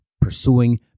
pursuing